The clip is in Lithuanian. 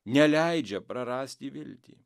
neleidžia prarasti viltį